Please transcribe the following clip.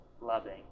loving